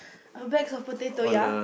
a bags of potato ya